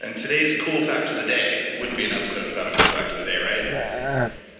and today's cool fact of the day, it wouldn't be an episode without a cool fact of the day, right?